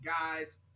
guys